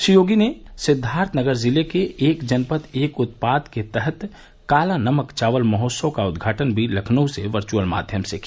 श्री योगी सिद्वार्थनगर जिला क एक जनपद एक उत्पाद के तहत काला नमक चाउर महोत्सव क उद्घाटनो लखनऊ से वर्चअले माध्यम से कइली